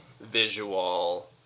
visual